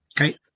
Okay